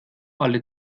alle